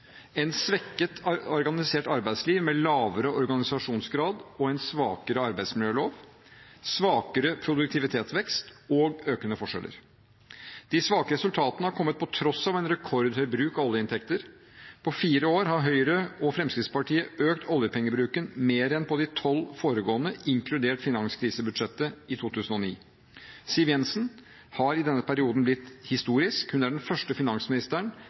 en svakere arbeidsmiljølov, svakere produktivitetsvekst og økende forskjeller. De svake resultatene har kommet til tross for en rekordhøy bruk av oljeinntekter. På fire år har Høyre og Fremskrittspartiet økt oljepengebruken mer enn på de tolv foregående, inkludert finanskrisebudsjettet i 2009. Siv Jensen har i denne perioden blitt historisk. Hun er den første finansministeren